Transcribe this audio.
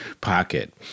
pocket